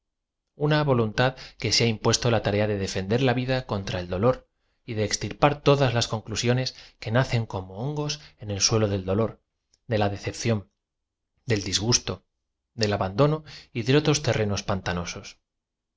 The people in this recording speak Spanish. una voluntad que se ha impuesto la tarea de defender la vid a contra el dolor y de extirpar todas las conclusiones que nacen como hongos en el suelo del dolor de la decepción del disgusto del abandono y de otros terrenos panta